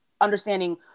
understanding